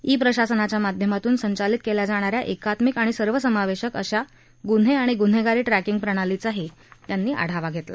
E प्रशासनाच्या माध्यमातून संचालित केल्या जाणाऱ्या एकात्मिक आणि सर्वसमावेशक अशा गुन्हे आणि गुन्हेगारी ट्रॅकिंग प्रणालीचाही त्यांनी आढावा घेतला